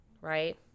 right